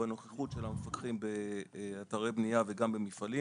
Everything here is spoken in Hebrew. ובנוכחות של המפקחים באתרי בנייה ובמפעלים.